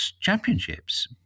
Championships